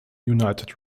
united